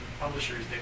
publishers